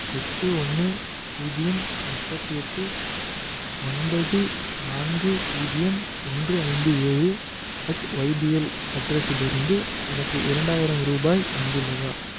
எட்டு ஒன்னு பூஜ்ஜியம் முப்பத்தி எட்டு ஒன்பது நான்கு பூஜ்ஜியம் ஒன்று ஐந்து ஏழு அட் ஒய்பிஎல் அட்ரஸிலிருந்து எனக்கு இரண்டாயிரம் ரூபாய் வந்துள்ளதா